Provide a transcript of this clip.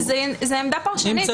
זו עמדה פרשנית,